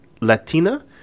Latina